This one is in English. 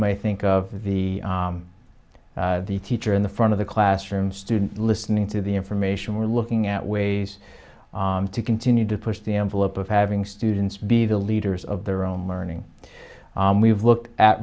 may think of the teacher in the front of the classroom student listening to the information we're looking at ways to continue to push the envelope of having students be the leaders of their own learning we've looked at